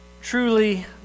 truly